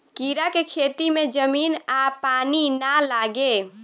कीड़ा के खेती में जमीन आ पानी ना लागे